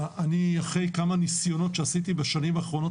אני אחרי כמה נסיונות שעשיתי בשנים האחרונות